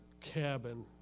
cabin